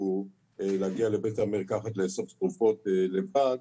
להגיע לבית המרקחת לאסוף תרופות לבד,